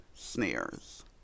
snares